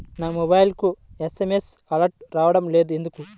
నా మొబైల్కు SMS alerts రావడం లేదు ఎందుకు?